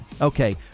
Okay